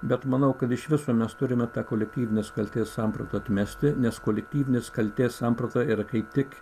bet manau kad iš viso mes turime tą kolektyvinės kaltės samprata atmesti nes kolektyvinės kaltės samprata yra kaip tik